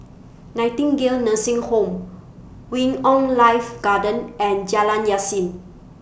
Nightingale Nursing Home Wing on Life Garden and Jalan Yasin